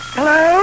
Hello